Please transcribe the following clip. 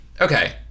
Okay